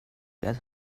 get